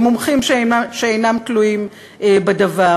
עם מומחים שאינם תלויים בדבר,